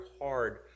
hard